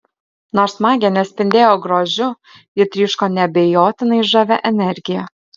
nors magė nespindėjo grožiu ji tryško neabejotinai žavia energija